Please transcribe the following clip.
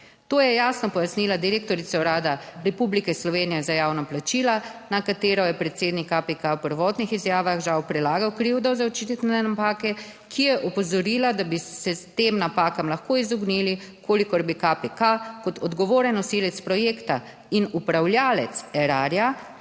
To je jasno pojasnila direktorica Urada Republike Slovenije za javna plačila, na katero je predsednik KPK v prvotnih izjavah žal prelagal krivdo za očitane napake, ki je opozorila, da bi se tem napakam lahko izognili v kolikor bi KPK kot odgovoren nosilec projekta in upravljavec Erarja